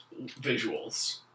visuals